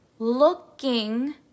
looking